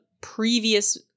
previous